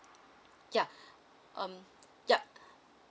ya um yup